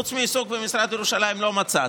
חוץ מעיסוק במשרד ירושלים, לא מצאתי.